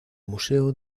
museo